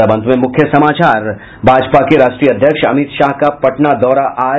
और अब अंत में मुख्य समाचार भाजपा के राष्ट्रीय अध्यक्ष अमित शाह का पटना दौरा आज